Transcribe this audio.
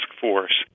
force